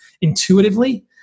intuitively